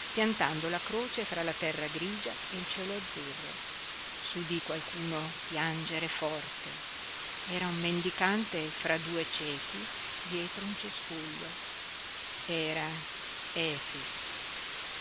piantando la croce fra la terra grigia e il cielo azzurro s'udí qualcuno piangere forte era un mendicante fra due ciechi dietro un cespuglio era efix